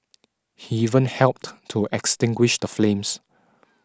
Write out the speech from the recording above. he even helped to extinguish the flames